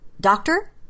doctor